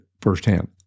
firsthand